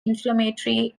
inflammatory